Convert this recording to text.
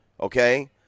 Okay